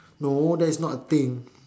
no that's not a thing